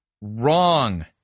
Wrong